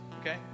okay